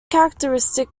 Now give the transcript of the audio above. characteristic